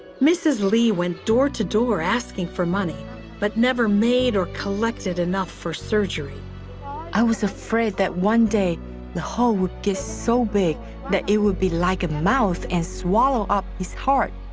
mrs. lee went door to door asking for money but never made are collected enough for surgery i was afraid that one day the hallway gets a so big that it would be like a mouth and swallow up his heart.